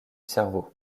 cerveau